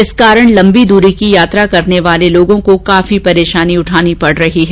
इस कारण लम्बी दूरी की यात्रा करने वाले यात्रियों को काफी परेशानी उठानी पड रही है